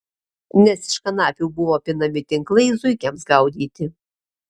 nes iš kanapių buvo pinami tinklai zuikiams gaudyti